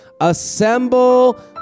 Assemble